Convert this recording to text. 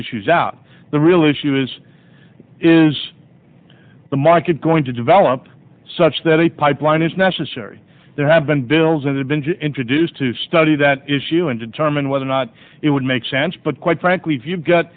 issues out the real issue is is the market going to develop such that a pipeline is necessary there have been bills that have been introduced to study that issue and determine whether or not it would make sense but quite frankly if you've got